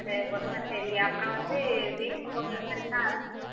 தேவைப்படுமா சரி அப்புறம் வந்து வீட்டுக்கு கொண்டு வந்துடட்டா